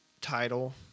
title